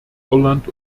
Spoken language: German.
irland